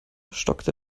stockte